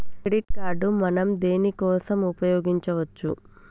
Credit card మనం దేనికోసం ఉపయోగించుకోవచ్చు?